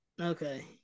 Okay